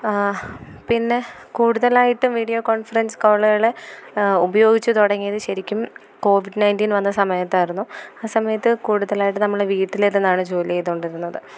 പിന്നെ കൂടുതലായിട്ടും video conference കോളുകൾ ഉപയോഗിച്ച് തുടങ്ങിയത് ശരിക്കും കോവിഡ് നയൻറ്റീൻ വന്ന സമയത്തായിരുന്നു ആ സമയത്ത് കൂടുതലായിട്ട് നമ്മൾ വീട്ടിലിരുന്നാണ് ജോലി ചെയ്തു കൊണ്ടിരുന്നത്